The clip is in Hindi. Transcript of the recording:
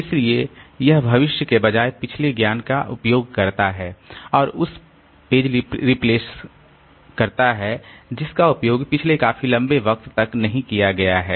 इसलिए यह भविष्य के बजाय पिछले ज्ञान का उपयोग करता है और उस पेज को रिप्लेस करता है जिसका उपयोग पिछले काफी लंबे वक्त तक नहीं किया गया है